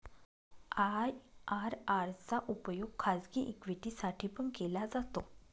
IRR चा उपयोग खाजगी इक्विटी साठी पण केला जातो